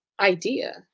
idea